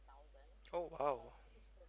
oh !wow!